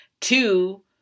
two